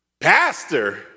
pastor